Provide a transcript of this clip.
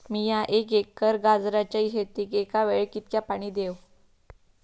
मीया एक एकर गाजराच्या शेतीक एका वेळेक कितक्या पाणी देव?